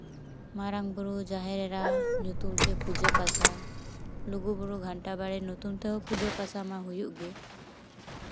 ᱢᱟᱨᱟᱝ ᱵᱩᱨᱩ ᱡᱟᱦᱮᱨ ᱮᱨᱟ ᱧᱩᱛᱩᱢ ᱛᱮ ᱯᱩᱡᱟᱹ ᱯᱟᱥᱟ ᱞᱩᱜᱩ ᱵᱩᱨᱩ ᱜᱷᱟᱱᱴᱟ ᱵᱟᱲᱮ ᱧᱩᱛᱩᱢ ᱛᱮ ᱯᱩᱡᱟᱹ ᱯᱟᱥᱟ ᱢᱟ ᱦᱩᱭᱩᱜ ᱜᱮ